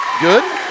good